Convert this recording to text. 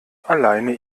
alleine